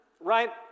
right